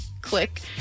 Click